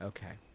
okay.